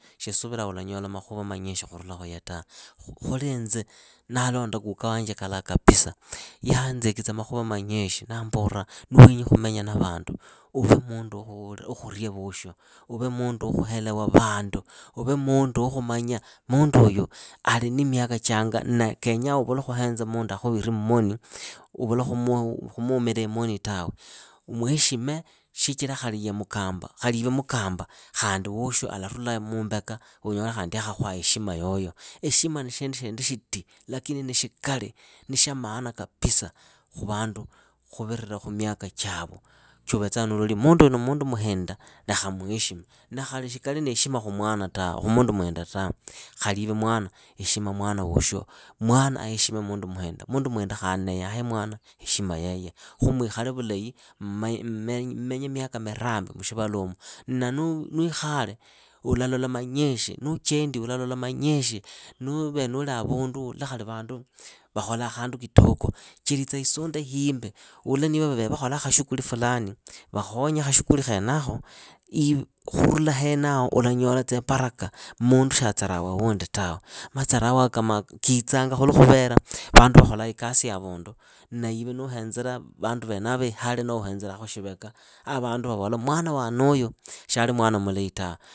Shisuvila ulanyola makhuva manyishi khurula khuye tawe. Khuli inze ndalonda kuka wanje kalaha kapisa, yanzekitsa makhuva manyishi naambola ni wenyi khumenya na vandu uve mundu wa khuria voosho. uve mundu wa khuelewa vandu, uve mundu wa khumanya munduyu ali na miaka changa na kenya uvule khuhenza mundu akhuviri mmoni. uvule khumuumira imoni tawe. Umuheshime shichira khali iwe mukamba khandi woosho alarula muumbeka unyola khandi akhuhere heshima yoyo. Heshima ni shindu shindi shiti lakini ni shikali. ni sha maana kapisa khu vandu khuviira khu myaka chavo chuuvetsaa nuuloli munduyu ni mundu muhinda lekha muheshime. Na khali shikali ni heshima khu mundu muhinda tawe, khali iwe mwana heshima mwana woosho. Mwana aheshime mundu muhinda, mundu muhinda khandi ahe mwana heshima yeye, khumwikhale vulahi, mmenye myaka mirambi mushivaluumu. Na niwikhale ulalola manyishi, nuchendi ulalola manyishi, nuuvele nuli havundu ulole vandu vakholaa khandu kitoko, chelitsa isunde himbi ule niva vavere vakholaa khashukuli fulani. vakhonye khashukuli khenakho. khurula henaho ulanyola tsiparaka. mundu shiatsarawa wundi tawe. Matsarau kitsaa khuli vandu vakhola ikasi havundu naiwe nuuhenzera vandu venava ihale noho uhenzera khushiveka, a vandu vavola mwana wa waneuyu shiali mwana mulahi tawe.